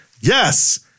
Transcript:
Yes